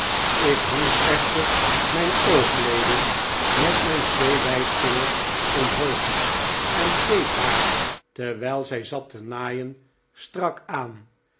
ik hield echter mijn oogleden met mijn twee wijsvingers omhoog en keek haar terwijl zij zat te naaien strak aan